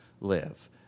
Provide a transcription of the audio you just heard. live